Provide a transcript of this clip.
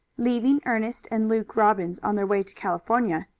leaving ernest and luke robbins on their way to california,